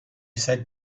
said